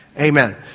Amen